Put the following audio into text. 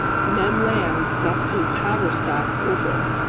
ned land stuffed his haversack with it.